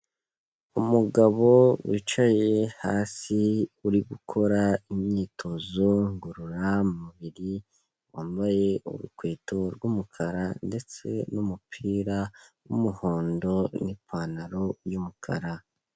Umugabo wicaye hasi, uri gukora imyitozo ngororamubiri, wambaye urukweto rw'umukara ndetse n'umupira w'umuhondo n'ipantaro y'umukara.